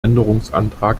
änderungsantrag